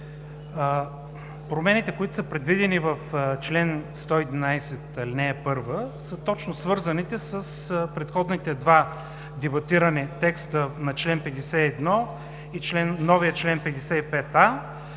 Промените, предвидени в чл. 111, ал. 1 са точно свързаните с предходните два дебатирани текста на чл. 51 и новия чл. 55а,